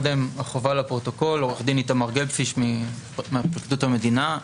עורך דין איתמר גלבפיש מפרקליטות המדינה.